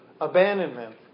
abandonment